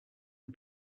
are